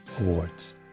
awards